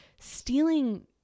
stealing